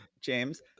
James